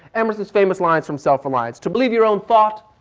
emerson's favorite lines from self alliance. to believe your own thought,